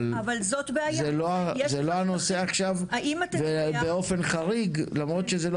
אבל זה לא הנושא עכשיו ובאופן חריג למרות שזה לא